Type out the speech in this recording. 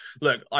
look